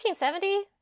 1870